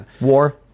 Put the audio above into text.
War